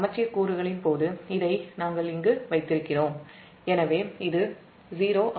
சமச்சீர் கூறுகளின் போது இதை நாம் இங்கு வைத்திருக்கிறோம் எனவே இது 0 ஆகும்